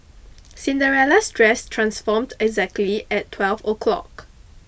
Cinderella's dress transformed exactly at twelve o'clock